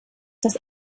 das